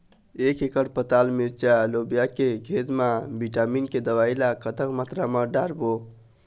एक एकड़ पताल मिरचा लोबिया के खेत मा विटामिन के दवई ला कतक मात्रा म डारबो?